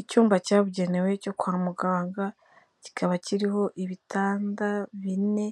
Icyumba cyabugenewe cyo kwa muganga, kikaba kiriho ibitanda bine,